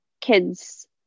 kids